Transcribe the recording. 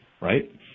right